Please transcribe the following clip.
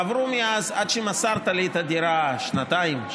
עד שמסרת לי את הדירה עברו שנתיים,